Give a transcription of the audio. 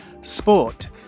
sport